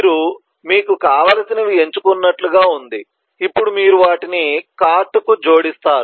మీరు మీకు కావలసినవి ఎంచుకున్నట్లుగా ఉంది ఇప్పుడు మీరు వాటిని కార్ట్కు జోడిస్తారు